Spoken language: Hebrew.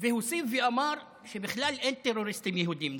והוסיף ואמר שבכלל אין טרוריסטים יהודים.